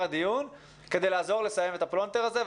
הדיון כדי לעזור לסיים את הפלונטר הזה.